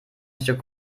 stück